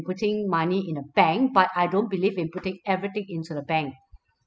putting money in a bank but I don't believe in putting everything into the bank